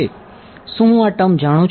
શું હું આ ટર્મ જાણું છું